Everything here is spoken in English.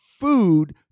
food